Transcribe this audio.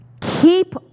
Keep